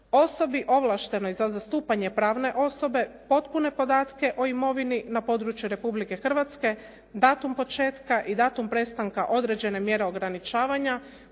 osobi ovlaštenoj za zastupanje pravne osobe, potpune podatke o imovini na području Republike Hrvatske, datum početka i datum prestanka određene mjere ograničavanja,